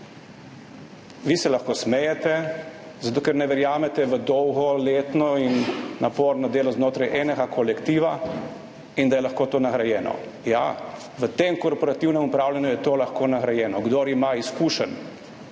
Vi se lahko smejete, zato ker ne verjamete v dolgoletno in naporno delo znotraj enega kolektiva in da je lahko to nagrajeno. Ja, v tem korporativnem upravljanju je to lahko nagrajeno. Kdor ima petnajst